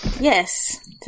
yes